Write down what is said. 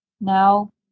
now